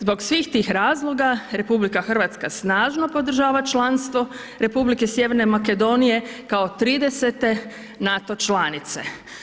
Zbog svih tih razloga RH snažno podržava članstvo Republike Sjeverne Makedonije kao 30-te NATO članice.